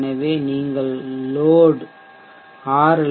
எனவே நீங்கள் load R